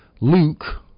Luke